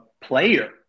player